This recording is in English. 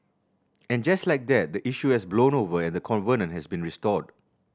and just like that the issue has blown over and the covenant has been restored